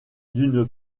d’une